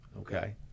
okay